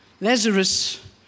Lazarus